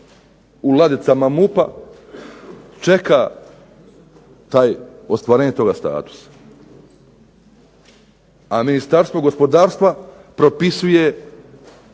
ladicama MUP-a čeka taj, ostvarenje toga statusa? A Ministarstvo gospodarstva propisuje